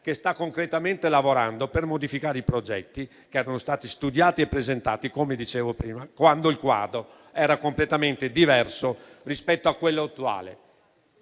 che sta concretamente lavorando per modificare i progetti, che erano stati studiati e presentati - come dicevo prima - quando il quadro era completamente diverso rispetto a quello attuale.